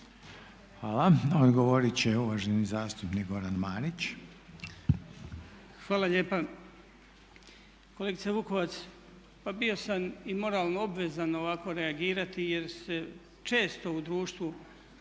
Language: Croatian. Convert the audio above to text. Hvala. Odgovoriti će uvaženi zastupnik Goran Marić. **Marić, Goran (HDZ)** Hvala lijepa. Kolegice Vukovac, pa bio sam i moralno obvezan ovako reagirati jer se često u društvu